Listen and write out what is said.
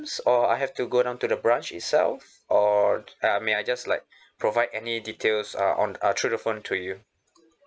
or I have to go down to the branch itself or uh I mean I just like provide any details uh on uh through the phone to you